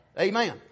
Amen